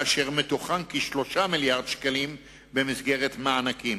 ומתוכם כ-3 מיליארדי שקלים במסגרת מענקים.